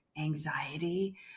anxiety